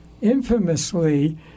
infamously